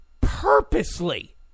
purposely